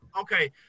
Okay